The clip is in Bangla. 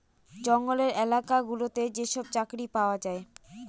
জঙ্গলের এলাকা গুলোতে যেসব চাকরি পাওয়া যায়